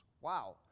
Wow